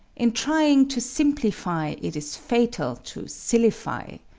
in trying to simplify, it is fatal to sillify.